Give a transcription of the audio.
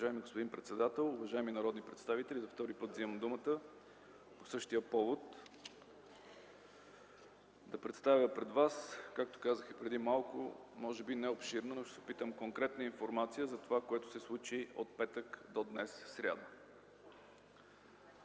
Уважаеми господин председател, уважаеми народни представители! За втори път вземам думата по същия повод – да представя пред вас, както казах и преди малко, може би не обширна, но ще се опитам – конкретна информация за това, което се случи от петък до днес, сряда.